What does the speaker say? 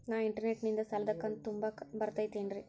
ನಾ ಇಂಟರ್ನೆಟ್ ನಿಂದ ಸಾಲದ ಕಂತು ತುಂಬಾಕ್ ಬರತೈತೇನ್ರೇ?